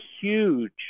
huge